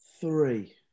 Three